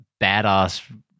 badass